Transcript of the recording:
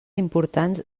importants